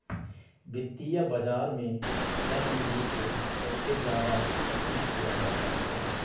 वित्तीय बाजार में चल निधि को सबसे ज्यादा पसन्द किया जाता है